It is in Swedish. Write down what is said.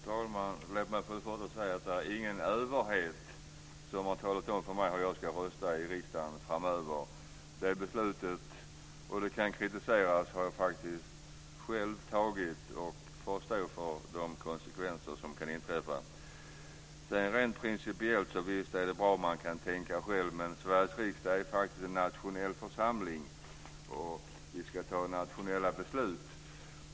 Fru talman! Låt mig säga att ingen överhet har talat om för mig hur jag ska rösta i riksdagen framöver. Det beslutet - det kan kritiseras - har jag faktiskt tagit själv, och jag får stå för de konsekvenser det kan få. Rent principiellt vill jag säga att det är bra om man kan tänka själv, men Sveriges riksdag är faktiskt en nationell församling. Vi ska fatta nationella beslut.